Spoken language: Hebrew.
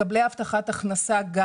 מקבלי הבטחת הכנסה גם.